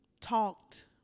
talked